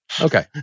Okay